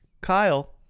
Kyle